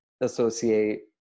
associate